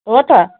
हो त